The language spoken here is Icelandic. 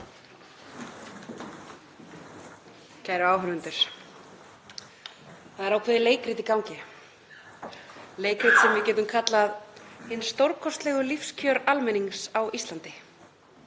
Kæru áheyrendur. Það er ákveðið leikrit í gangi. Leikrit sem við getum kallað: Hin stórkostlegu lífskjör almennings á Íslandi.